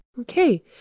Okay